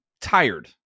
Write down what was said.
tired